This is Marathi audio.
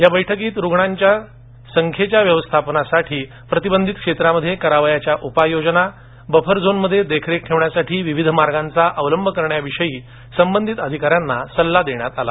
या बैठकीत रुग्णसंख्येच्या व्यवस्थापनासाठी प्रतिबंधित क्षेत्रामध्ये करायच्या उपाययोजना बफर झोनमध्ये देखरेख ठेवण्यासाठी विविध मार्गाचा अवलंब करण्याविषयी संबंधित अधिकाऱ्यांना सल्ला देण्यात आला